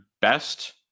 best